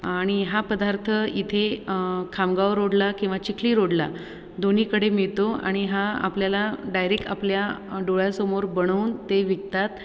आणि हा पदार्थ इथे खामगाव रोडला किंवा चिखली रोडला दोन्हीकडे मिळतो आणि हा आपल्याला डायरेक आपल्या डोळ्यासमोर बनवून ते विकतात